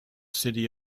city